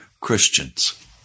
Christians